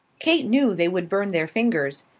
kate knew they would burn their fingers,